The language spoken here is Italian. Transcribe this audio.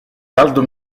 caldo